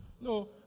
No